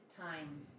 time